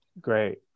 Great